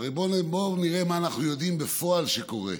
בואו נראה מה אנחנו יודעים בפועל שקורה: